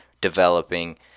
developing